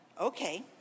Okay